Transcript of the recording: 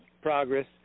progress